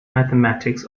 mathematics